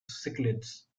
cichlids